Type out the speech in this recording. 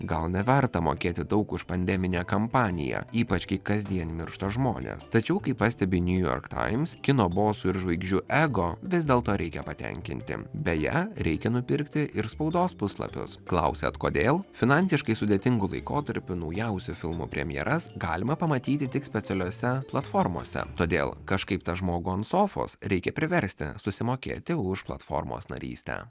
gal neverta mokėti daug už pandeminę kampaniją ypač kai kasdien miršta žmonės tačiau kaip pastebi niujork taims kino bosų ir žvaigždžių ego vis dėlto reikia patenkinti beje reikia nupirkti ir spaudos puslapius klausiat kodėl finansiškai sudėtingu laikotarpiu naujausių filmų premjeras galima pamatyti tik specialiose platformose todėl kažkaip tą žmogų ant sofos reikia priversti susimokėti už platformos narystę